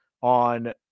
On